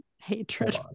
hatred